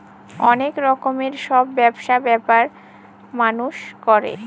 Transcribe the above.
অনেক রকমের সব ব্যবসা ব্যাপার মানুষ করে